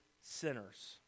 sinners